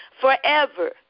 forever